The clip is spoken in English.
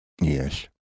Yes